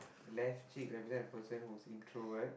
left cheek represent a person who's introvert